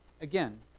again